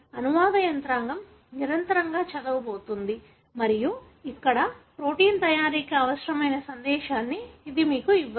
అనువాద యంత్రాంగం నిరంతరంగా చదవబోతోంది మరియు ఇక్కడ ప్రోటీన్ తయారీకి అవసరమైన సందేశాన్ని ఇది మీకు ఇవ్వదు